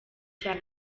cya